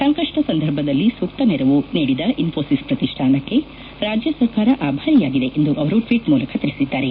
ಸಂಕಷ್ಟ ಸಂದರ್ಭದಲ್ಲಿ ಸೂಕ್ತ ನೆರವು ನೀಡಿದ ಇನ್ಫೋಸಿಸ್ ಪ್ರತಿಷ್ಠಾನಕ್ಕೆ ರಾಜ್ಯ ಸರ್ಕಾರ ಆಭಾರಿಯಾಗಿದೆ ಎಂದು ಅವರು ಟ್ವೀಟ್ ಮೂಲಕ ತಿಳಿಸಿದ್ದಾರೆ